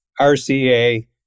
RCA